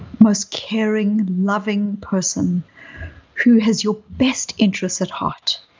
most caring, loving person who has your best interests at heart.